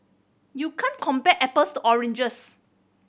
you can't compare apples to oranges